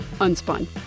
Unspun